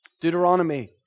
Deuteronomy